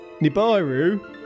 Nibiru